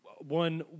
One